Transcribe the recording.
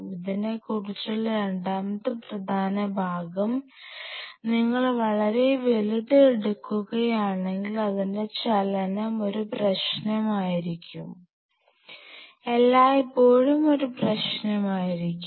ഇതിനെക്കുറിച്ചുള്ള രണ്ടാമത്തെ പ്രധാന ഭാഗം നിങ്ങൾ വളരെ വലുത് എടുക്കുകയാണെങ്കിൽ അതിന്റെ ചലനം ഒരു പ്രശ്നമായിരിക്കും എല്ലായ്പ്പോഴും ഒരു പ്രശ്നമായിരിക്കും